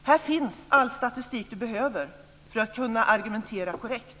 Här finns all statistik man behöver för att kunna argumentera korrekt.